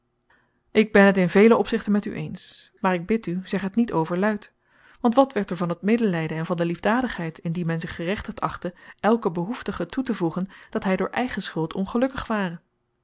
ik ben het in vele opzichten met u eens maar ik bid u zeg het niet overluid want wat werd er van het medelijden en van de liefdadigheid indien men zich gerechtigd achtte elken behoeftige toe te voegen dat hij door eigen schuld ongelukkig ware